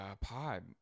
pod